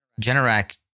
Generac